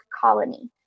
colony